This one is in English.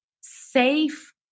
safe